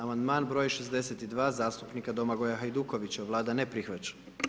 Amandman broj 62., zastupnika Domagoja Hajdukovića, Vlada ne prihvaća.